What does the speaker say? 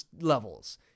levels